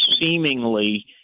seemingly